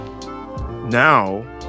now